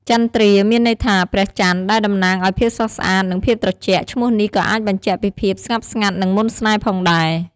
ចន្ទ្រា មានន័យថា ព្រះច័ន្ទ ដែលតំណាងឱ្យ ភាពស្រស់ស្អាត និងភាពត្រជាក់ ឈ្មោះនេះក៏អាចបញ្ជាក់ពីភាពស្ងប់ស្ងាត់ និងមន្តស្នេហ៍ផងដែរ។